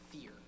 fear